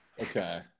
Okay